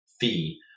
fee